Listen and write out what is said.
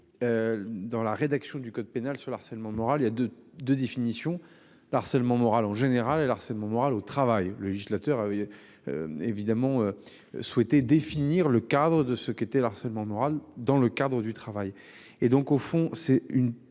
Dans la rédaction du code pénal sur le harcèlement moral, il y a deux de définition. Le harcèlement moral en général et le harcèlement moral au travail. Le législateur avait. Évidemment souhaité définir le cadre de ce qu'était le harcèlement moral dans le cadre du travail et donc au fond c'est une